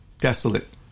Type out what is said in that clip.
desolate